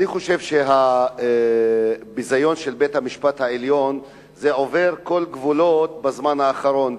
אני חושב שהביזיון של בית-המשפט העליון עובר כל גבולות בזמן האחרון,